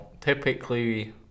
typically